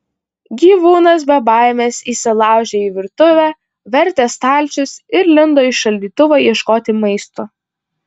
gyvūnas be baimės įsilaužė į virtuvę vertė stalčius ir lindo į šaldytuvą ieškoti maisto